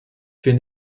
fait